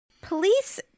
police